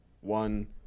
one